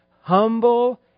Humble